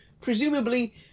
presumably